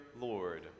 Lord